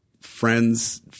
friends